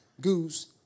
goose